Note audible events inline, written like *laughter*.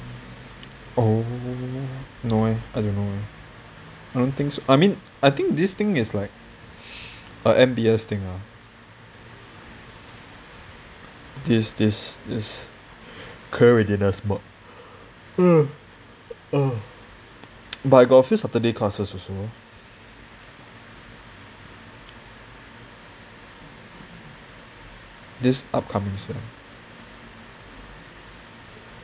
oh no eh I don't know eh I don't think so I mean I think this thing is like a M_B_S thing ah this this this career readiness talk *noise* but I got a few saturday classes also this upcoming sem